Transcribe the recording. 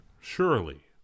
surely